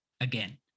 again